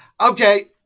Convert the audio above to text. okay